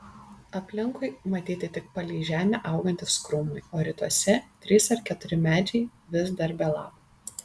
aplinkui matyti tik palei žemę augantys krūmai o rytuose trys ar keturi medžiai vis dar be lapų